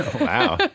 Wow